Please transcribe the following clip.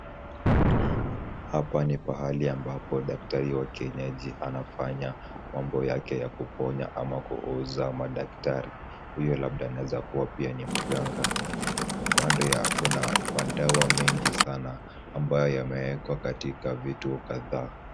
Hapa ni pahali ambapo daktari wa kienyeji anafanya mambo yake ya kuponya ama kuuza madaktari. Huyu pia anaweza kuwa ni mganga. Kando ya kuna madawa mengi sana ambayo yamewekwa katika vitu kadhaa.